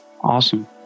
awesome